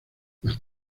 más